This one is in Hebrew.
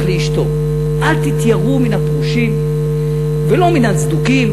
לאשתו: אל תתייראו מן הפרושים ולא מן הצדוקים,